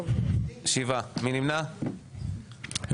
הצבעה בעד 4 נגד 7 נמנעים אין לא אושר.